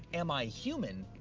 am i human?